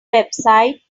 website